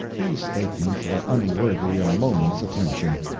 these statements are unworthy a moment's attention.